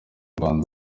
rwanda